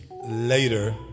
Later